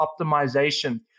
optimization